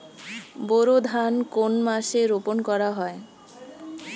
বোরো ধান কোন মাসে রোপণ করা হয়?